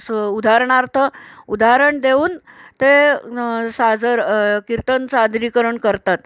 स उदाहरणार्थ उदाहरण देऊन ते साजर कीर्तन सादरीकरण करतात